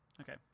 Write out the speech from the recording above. Okay